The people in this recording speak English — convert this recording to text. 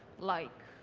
like